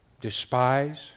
despise